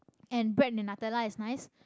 and bread and Nutella is nice